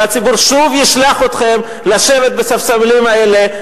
והציבור שוב ישלח אתכם לשבת על הספסלים האלה,